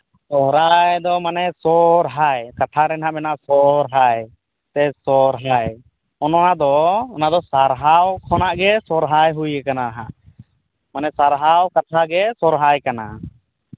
ᱥᱚᱦᱨᱟᱭ ᱫᱚ ᱢᱟᱱᱮ ᱥᱚᱨᱦᱟᱭ ᱠᱟᱛᱷᱟ ᱨᱮ ᱦᱟᱸᱜ ᱢᱮᱱᱟᱜᱼᱟ ᱥᱚᱨᱦᱟᱭ ᱥᱮ ᱥᱚᱦᱨᱟᱭ ᱚᱱᱟ ᱫᱚ ᱚᱱᱟ ᱫᱚ ᱥᱟᱨᱦᱟᱣ ᱠᱷᱚᱱᱟᱜ ᱜᱮ ᱥᱚᱦᱨᱟᱭ ᱦᱩᱭ ᱠᱟᱱᱟ ᱦᱟᱸᱜ ᱢᱟᱱᱮ ᱥᱟᱨᱦᱟᱣ ᱠᱟᱛᱷᱟ ᱜᱮ ᱥᱚᱦᱨᱟᱭ ᱠᱟᱱᱟ